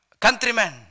countrymen